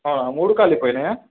మూడు కాలిపోయినాయా